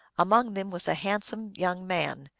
among them was a handsome young man,